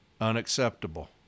unacceptable